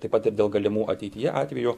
taip pat ir dėl galimų ateityje atvejų